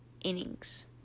innings